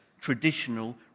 traditional